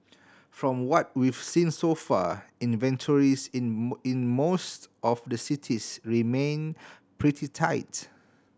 from what we've seen so far inventories in in most of the cities remain pretty tight